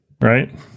Right